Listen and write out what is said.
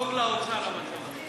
טוב לאוצר, המצב הזה.